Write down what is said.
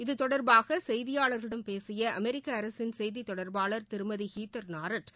இது தொடர்பாக செய்தியாளர்களிடம் பேசிய அமெரிக்க அரசின் செய்தி தொடர்பாளர் திருமதி ஹீத்தர் நாரட்